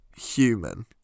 human